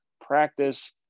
practice